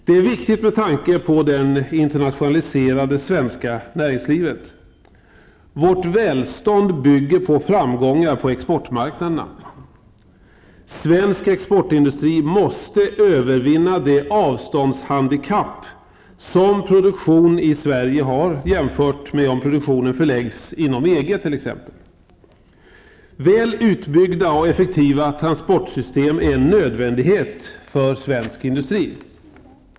Det är viktigt med tanke på den internationaliserande svenska näringslivet. Vårt välstånd bygger på framgångar på exportmarknaderna. Svensk exportindustri måste övervinna det avståndshandikapp som produktion i Sverige har jämfört med produktionen inom t.ex. EG. Väl utbyggda och effektiva transportsystem är en nödvändighet för svensk industri.